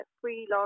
freelance